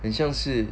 很像是